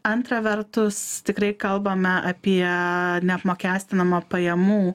antra vertus tikrai kalbame apie neapmokestinamo pajamų